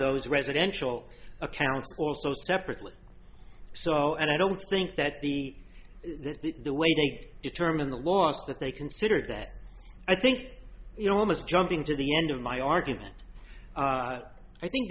those residential accounts also separately so and i don't think that the that the the way they determine the loss that they considered that i think you know almost jumping to the end of my argument i think